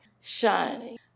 shining